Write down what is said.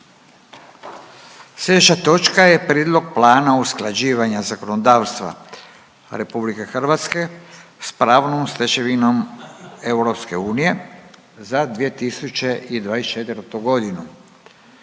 da smo donijeli Plan usklađivanja zakonodavstva Republike Hrvatske sa pravnom stečevinom EU za 2024. godinu.